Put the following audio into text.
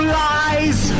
lies